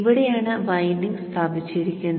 ഇവിടെയാണ് വൈൻഡിംഗ് സ്ഥാപിച്ചിരിക്കുന്നത്